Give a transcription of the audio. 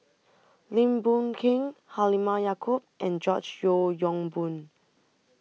Lim Boon Keng Halimah Yacob and George Yeo Yong Boon